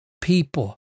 people